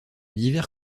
divers